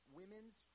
women's